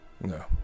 No